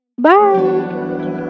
Bye